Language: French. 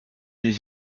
les